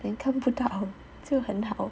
你看不到就很好